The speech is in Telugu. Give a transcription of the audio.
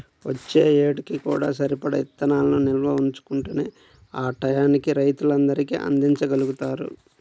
వచ్చే ఏడుకి కూడా సరిపడా ఇత్తనాలను నిల్వ ఉంచుకుంటేనే ఆ టైయ్యానికి రైతులందరికీ అందిచ్చగలుగుతారు